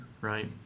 right